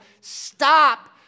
stop